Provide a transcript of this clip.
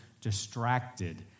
distracted